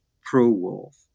pro-wolf